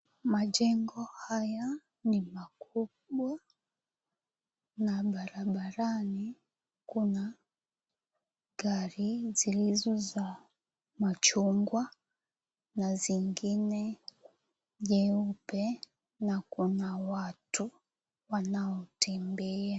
Majengo haya ni makubwa na barabarani kuna gari zilizo za machungwa na zingine nyeupe na kuna watu wanaotembea.